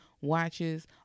watches